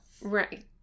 right